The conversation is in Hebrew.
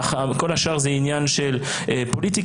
כל השאר זה עניין של פוליטיקה.